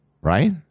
right